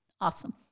Awesome